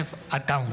ויוסף עטאונה